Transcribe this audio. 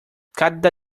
cada